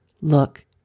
look